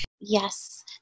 yes